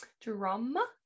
drama